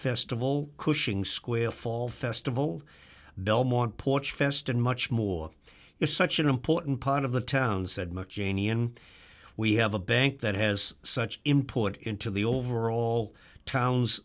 festival cushing square fall festival belmont porch fest and much more is such an important part of the town said mckinney and we have a bank that has such import into the overall town